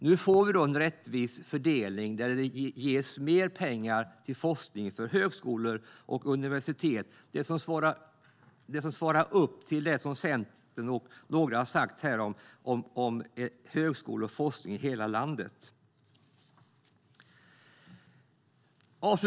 Nu får vi en rättvis fördelning där det ges mer pengar till forskning för högskolor och universitet. Det är vad som svarar mot vad Centern och några andra har sagt om högskolor och forskning i hela landet.